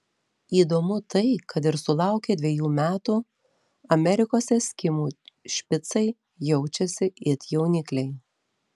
įdomu tai kad ir sulaukę dviejų metų amerikos eskimų špicai jaučiasi it jaunikliai